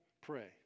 pray